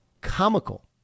comical